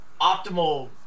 optimal